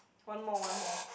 one more one more